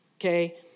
okay